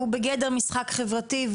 שהוא בגדר משחק חברתי,